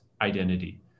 identity